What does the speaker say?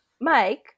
Mike